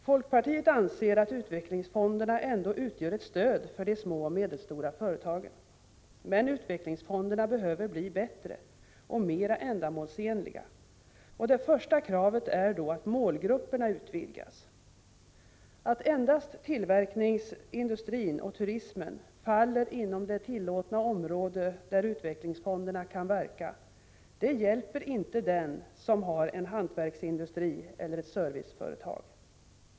Folkpartiet anser att U-fonderna ändå utgör ett stöd för de små och medelstora företagen. U-fonderna behöver emellertid bli bättre och mera ändamålsenliga, och det första kravet är då att målgrupperna utvidgas. Att endast tillverkningsindustrin och turismen faller inom det tillåtna område där U-fonderna kan verka hjälper inte den som har en hantverksindustri eller ett serviceföretag.